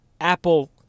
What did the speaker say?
Apple